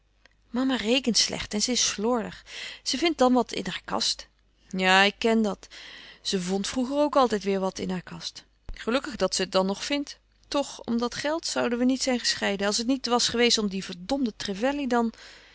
mama rekent slecht en ze is slordig ze vindt dan wat in haar kast ja ik kèn dat ze vond vroeger ook altijd weêr wat in haar kast gelukkig dat ze het dan nog vindt toch om dat geld zouden we niet zijn gescheiden als het niet was geweest om dien verdomden trevelley dan